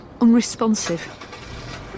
Unresponsive